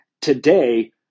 today